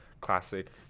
classic